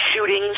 shootings